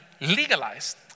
legalized